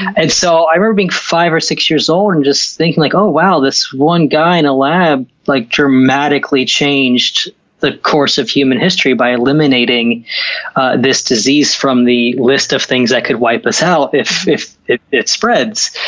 and so i remember being five or six years old and just thinking, like oh wow, this one guy in a lab like dramatically changed the course of human history by eliminating eliminating this disease from the list of things that could wipe us out if if it it spreads.